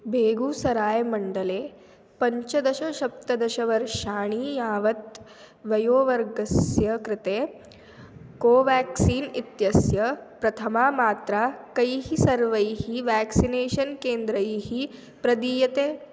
बेगुसराय्मण्डले पञ्चदश सप्तदशवर्षाणि यावत् वयोवर्गस्य कृते कोवाक्सीन् इत्यस्य प्रथमा मात्रा कैः सर्वैः व्याक्सिनेषन् केन्द्रैः प्रदीयते